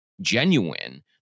genuine